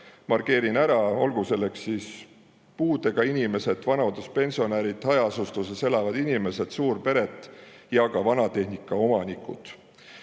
[mõned] ära: olgu need puudega inimesed, vanaduspensionärid, hajaasustuses elavad inimesed, suurpered, ka vanatehnika omanikud.